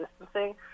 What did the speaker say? distancing